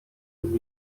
lub